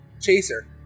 Chaser